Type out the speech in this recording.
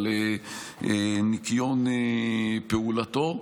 על ניקיון פעולתו.